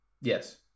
Yes